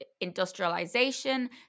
industrialization